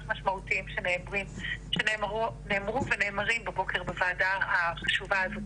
משמעותיים שנאמרו ונאמרים הבוקר בוועדה החשובה הזאת.